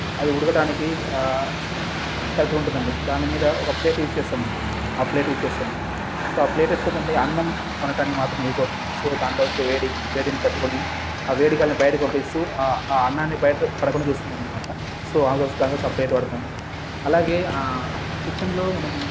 అది ఉడకడానికి కరెక్ట్గా ఉంటుందండి దానిమీద ఒక ప్లేట్ యూస్ చేస్తామండి ఆ ప్లేట్ యూస్ చేస్తాం సో ఆ ప్లేట్ ఎట్టా ఉంటుందంటే అన్నం వండడానికి మాత్రం యూస్ అవుతుంది సో దాంట్లో వచ్చే వేడి వేడిని తట్టుకొని ఆ వేడి గాలిని బయటికి పంపిస్తూ ఆ అన్నాన్ని బయటపడకుండా చూస్తుందన్నమాట సో అదో దాని కోసం ప్లేట్ వాడతాము అలాగే కిచెన్లో మనము